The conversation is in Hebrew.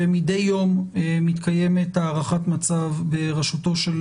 שמדי יום מתקיימת הערכת מצב בראשותו של